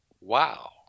Wow